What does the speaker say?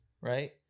Right